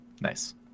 Nice